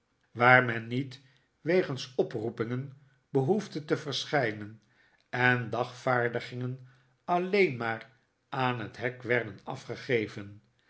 waar men niet wegens oproepingen behoefde te verschijnen en dagvaardingen alleen maar aan het hek werden afgegeven